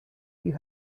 you